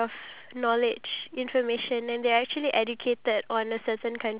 uh I you know I told you I planted my potato